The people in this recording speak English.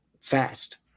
fast